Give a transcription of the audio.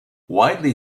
widely